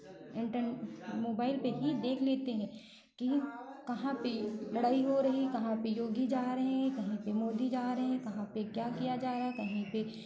inter mobile पे ही देख लेते हैं कि कहाँ पे लड़ाई हो रही है कहाँ पे योगी जा रहे हैं कहीं पे मोदी जा रहे हैं कहाँ पे क्या किया जा रहा है कहीं पे